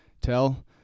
tell